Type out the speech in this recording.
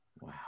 wow